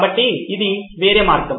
కాబట్టి ఇది వేరే మార్గం